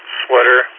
sweater